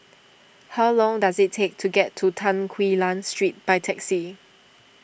how long does it take to get to Tan Quee Lan Street by taxi